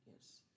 Yes